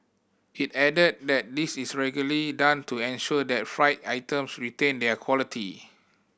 it added that this is regularly done to ensure that fried items retain their quality